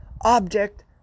object